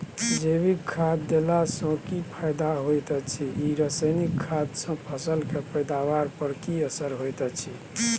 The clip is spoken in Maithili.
जैविक खाद देला सॅ की फायदा होयत अछि आ रसायनिक खाद सॅ फसल के पैदावार पर की असर होयत अछि?